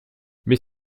mais